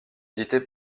édité